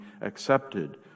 accepted